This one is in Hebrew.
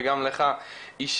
וגם לך אישית,